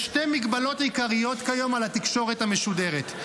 יש שתי מגבלות עיקריות כיום על התקשורת המשודרת: